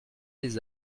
des